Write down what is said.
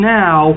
now